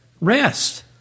Rest